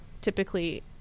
typically